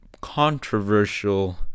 controversial